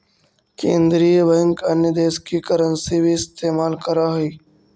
केन्द्रीय बैंक अन्य देश की करन्सी भी इस्तेमाल करअ हई